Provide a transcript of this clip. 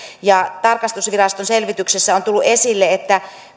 tarkastusviraston selvityksessä on tullut esille että